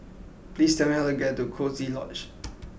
please tell me how to get to Coziee Lodge